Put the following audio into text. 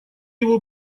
его